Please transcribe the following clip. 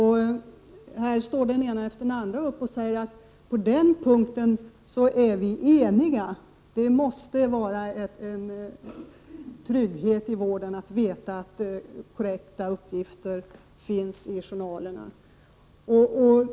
Här går den ena efter den andra upp och säger att vi är eniga på den punkten; det måste vara en trygghet i vården att veta att det finns korrekta uppgifter i journalerna.